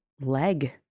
leg